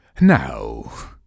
now